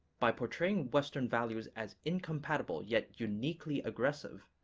by portraying western values as incompatible yet uniquely aggressive,